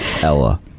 Ella